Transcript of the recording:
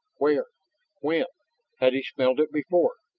where when had he smelled it before?